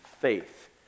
faith